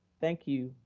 thank you,